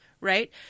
right